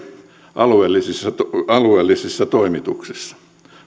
alueellisissa alueellisissa toimituksissa